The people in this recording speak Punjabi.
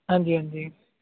ਹਾਂਜੀ ਹਾਂਜੀ